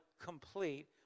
complete